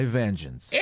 vengeance